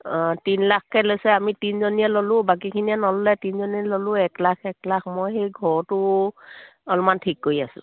অঁ তিনি লাখকৈ লৈছে আমি তিনিজনীয়ে ল'লোঁ বাকীখিনিয়ে নল'লে তিনিজনীয়ে ল'লোঁ এক লাখ এক লাখ মই সেই ঘৰটো অলপমান ঠিক কৰি আছোঁ